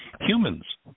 Humans